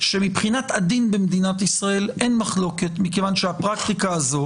שמבחינת הדין במדינת ישראל אין מחלוקת מכיוון שהפרקטיקה הזו